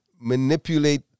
manipulate